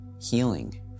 healing